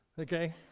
Okay